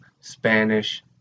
Spanish